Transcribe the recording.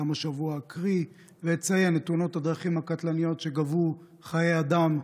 גם השבוע אקריא ואציין את תאונות הדרכים הקטלניות שגבו חיי אדם,